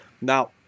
Now